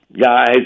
guys